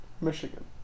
Michigan